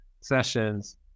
sessions